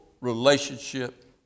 relationship